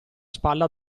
spalla